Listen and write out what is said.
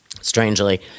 strangely